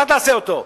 אתה תעשה אותו.